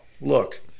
look